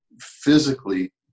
physically